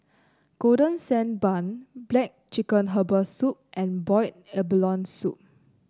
Golden Sand Bun black chicken Herbal Soup and Boiled Abalone Soup